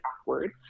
awkward